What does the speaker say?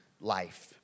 life